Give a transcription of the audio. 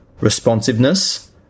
responsiveness